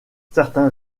certains